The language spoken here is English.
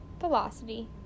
velocity